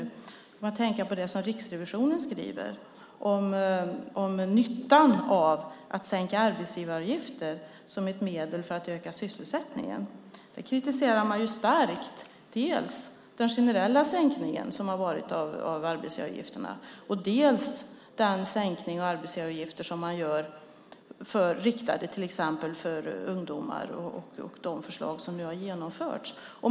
Jag kom att tänka på det som Riksrevisionen skriver om nyttan av att sänka arbetsgivaravgifter som ett medel för att öka sysselsättningen. Det kritiserar man starkt. Det gäller dels den generella sänkning som har varit av arbetsgivaravgifterna, dels den sänkning av arbetsgivaravgifter som riktar sig till exempel till ungdomar och de förslag som nu har genomförts.